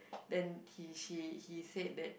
then he she he said that